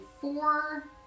four